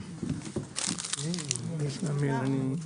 הישיבה ננעלה בשעה 12:36.